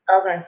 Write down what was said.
Okay